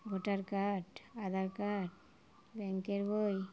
voter card Aadhaar card ব্যাঙ্কের বই